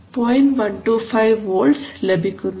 125 volts ലഭിക്കുന്നു